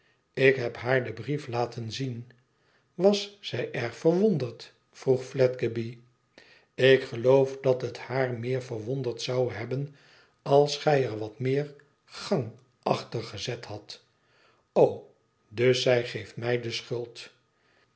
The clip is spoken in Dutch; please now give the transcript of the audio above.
ik heb haar den brief laten zien was zij erg verwonderd vroeg fledgeby ik geloof dat het haar meer verwonderd zou hebben als gij er wat meer gang achter gezet hadt o dus geeft zij mij de schuld